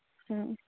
ꯎꯝ